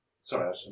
Sorry